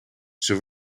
zij